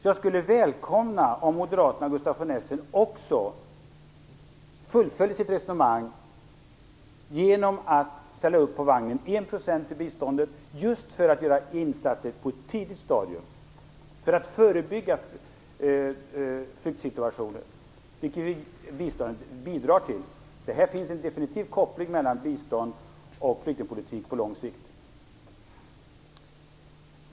Jag skulle välkomna om Moderaterna och Gustaf von Essen också fullföljde sitt resonemang genom att ställa upp på enprocentsmålet i biståndet just för att göra insatser på ett tidigt stadium och förebygga flyktsituationer, vilket biståndet bidrar till. Det finns en definitiv koppling mellan bistånd och flyktingpolitik på lång sikt.